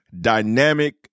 dynamic